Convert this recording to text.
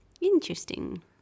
interesting